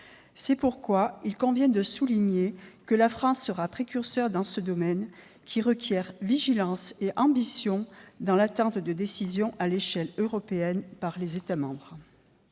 C'est pourquoi il convient de souligner que la France sera précurseur dans ce domaine, qui requiert vigilance et ambition, dans l'attente de décisions des États membres